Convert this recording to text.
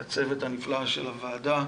הצוות הנפלא של הוועדה: